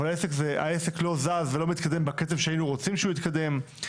אבל העסק לא זז ולא מתקדם בקצב שהיינו רוצים שהוא יתקדם.